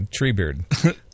Treebeard